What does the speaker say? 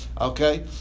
Okay